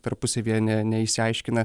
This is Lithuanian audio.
tarpusavyje ne neišsiaiškina